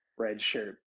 redshirt